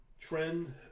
trend